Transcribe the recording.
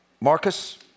Marcus